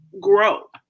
grow